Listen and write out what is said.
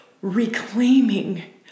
reclaiming